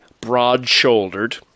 broad-shouldered